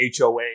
HOA